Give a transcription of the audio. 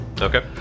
Okay